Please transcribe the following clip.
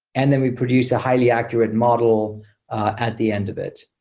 and then we produce a highly accurate model at the end of it.